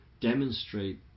demonstrate